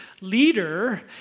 leader